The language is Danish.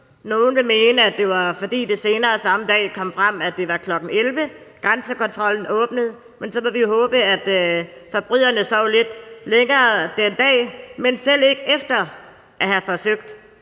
Nogle vil mene, at det var, fordi det senere samme dag kom frem, at det var kl. 11, grænsekontrollen åbnede, men så må vi håbe, at forbryderne sov lidt længere den dag. Men selv ikke efter at have forsøgt